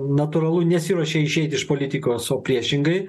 natūralu nesiruošia išeit iš politikos o priešingai